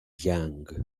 young